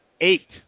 eight